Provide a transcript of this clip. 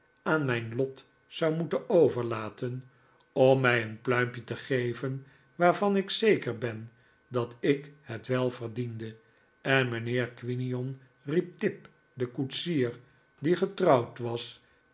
aan mijn lot zou moeten overlaten en om mij een pluimpje te geven waarvan ik zeker ben dat ik het wel verdiende en mijnheer quinion riep tipp den koetsier die getrouwd was